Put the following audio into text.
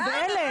אנחנו בהלם.